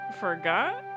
forgot